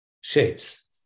shapes